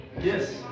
Yes